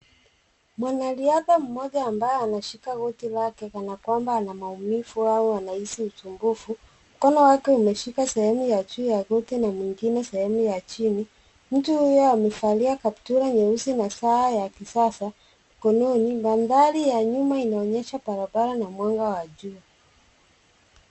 Mwanariadha mmoja ambaye anashika goti lake kana kwamba ana maumivu au anahisi usumbufu. Mkono wake umeshika sehemu ya juu ya goti na mwingine sehemun ya chini. Mtu huyo amevalia kaptura nyeusi na saa ya kisasa mkononi. Mandhari ya nyumba inaonyesha barabara na mwanga wa jua.